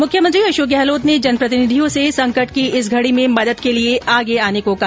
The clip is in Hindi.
मुख्यमंत्री अशोक गहलोत ने जनप्रतिनिधियों से संकट की इस घड़ी में मदद के लिए आगे आने को कहा